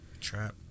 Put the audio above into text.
trap